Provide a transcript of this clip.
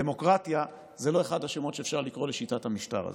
דמוקרטיה זה לא אחד השמות שאפשר לקרוא לשיטת המשטר הזו.